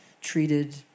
treated